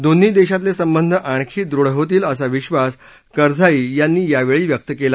दोन्ही देशांतले संबंध आणखी दृढ होतील असा विश्वास करझाई यांनी व्यक्त केला